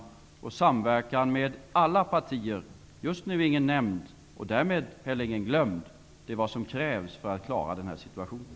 Det gäller samverkan med alla partier, inget nämnd och därmed inte heller något glömt. Det är vad som krävs för att klara den här situationen.